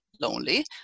lonely